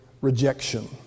rejection